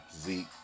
Zeke